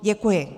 Děkuji.